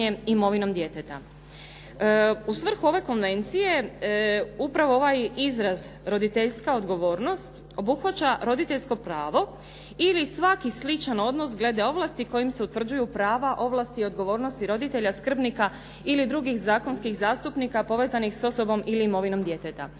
U svrhu ove konvencije, upravo ovaj izraz roditeljska odgovornost obuhvaća roditeljsko pravo ili svaki sličan odnos glede ovlasti kojim se utvrđuju prava, ovlasti i odgovornosti roditelja, skrbnika ili drugih zakonskih zastupnika povezanih s osobom ili imovinom djeteta.